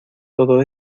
todo